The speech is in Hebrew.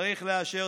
צריך לאשר